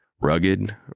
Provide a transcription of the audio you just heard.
Rugged